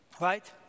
right